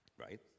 Right